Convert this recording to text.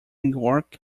york